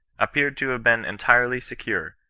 appear to have been entirely secure,